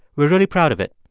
we're really proud of it.